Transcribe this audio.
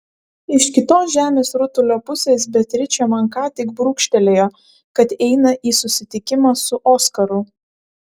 iš kitos žemės rutulio pusės beatričė man ką tik brūkštelėjo kad eina į susitikimą su oskaru